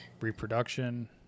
reproduction